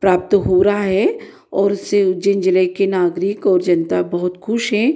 प्राप्त हो रहा है और इससे उज्जैन जिले के नागरिक और जनता बहुत खुश है